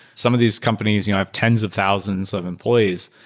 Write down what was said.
some of these companies you know have tens of thousands of employees,